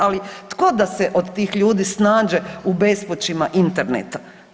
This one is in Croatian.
Ali tko da se od tih ljudi snađe u bespućima Interneta.